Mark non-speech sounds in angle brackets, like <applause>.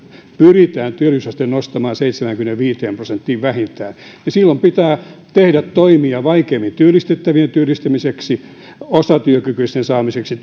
nostamaan työllisyysasteen vähintään seitsemäänkymmeneenviiteen prosenttiin niin silloin pitää tehdä toimia vaikeimmin työllistettävien työllistämiseksi osatyökykyisten saamiseksi <unintelligible>